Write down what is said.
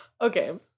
Okay